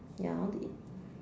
ya I want to eat